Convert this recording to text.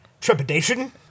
trepidation